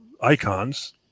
icons